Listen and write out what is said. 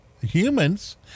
humans